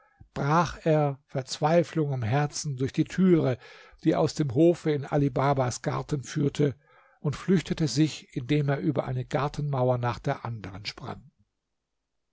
brach er verzweiflung im herzen durch die türe die aus dem hofe in ali babas garten führte und flüchtete sich indem er über eine gartenmauer nach der anderen sprang